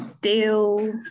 deal